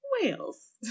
whales